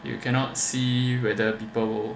you cannot see whether people will